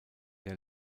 der